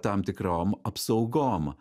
tam tikrom apsaugom